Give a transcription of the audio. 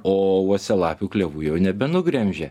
o uosialapių klevų jau nebenugremžia